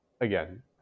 again